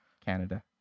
Canada